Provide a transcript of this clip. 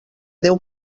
déu